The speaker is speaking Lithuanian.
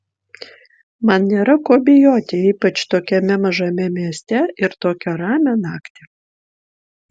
man nėra ko bijoti ypač tokiame mažame mieste ir tokią ramią naktį